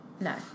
no